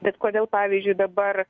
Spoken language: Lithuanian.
bet kodėl pavyzdžiui dabar